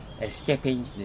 escaping